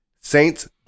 Saints